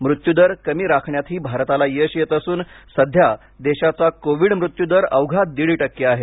मृत्यू दर कमी राखण्यातही भारताला यश येत असून सध्या देशाचा कोविड मृत्यू दर अवघा दीड टक्के आहे